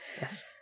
yes